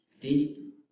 Deep